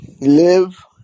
live